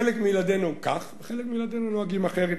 חלק מילדינו נוהגים כך וחלק מילדינו נוהגים אחרת.